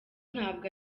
ntabwo